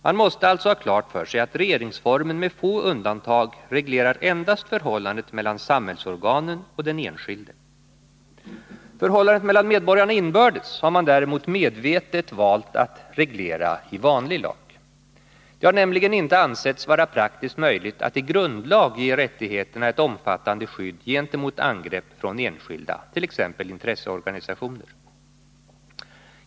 Man måste alltså ha klart för sig att regeringsformen med få undantag reglerar endast förhållandet mellan samhällsorganen och den enskilde. Förhållandet mellan medborgarna inbördes har man däremot medvetet valt att reglera i vanlig lag. Det har nämligen inte ansetts vara praktiskt möjligt att i grundlag ge rättigheterna ett omfattande skydd gentemot angrepp från enskilda, t.ex. intresseorganisationer.